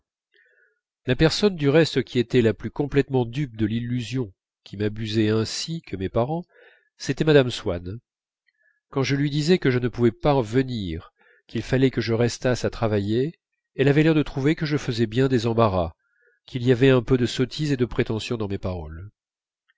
la personne du reste qui était le plus complètement dupe de l'illusion qui m'abusait ainsi que mes parents c'était mme swann quand je lui disais que je ne pouvais pas venir qu'il fallait que je restasse à travailler elle avait l'air de trouver que je faisais bien des embarras qu'il y avait un peu de sottise et de prétention dans mes paroles